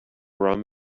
rum